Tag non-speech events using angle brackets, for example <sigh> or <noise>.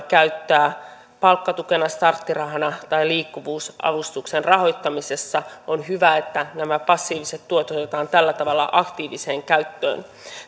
<unintelligible> käyttää palkkatukena starttirahana tai liikkuvuusavustuksen rahoittamisessa on hyvä että nämä passiiviset tulot otetaan tällä tavalla aktiiviseen käyttöön